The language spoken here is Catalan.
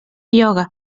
ioga